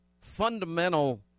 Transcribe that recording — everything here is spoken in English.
fundamental